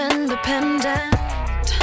independent